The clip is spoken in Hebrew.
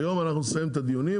היום אנחנו נסיים את הדיונים,